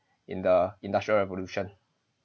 in the industrial revolution